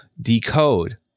decode